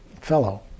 fellow